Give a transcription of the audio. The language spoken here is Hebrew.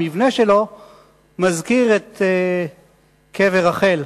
המבנה שלו מזכיר את קבר רחל.